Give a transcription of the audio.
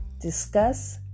discuss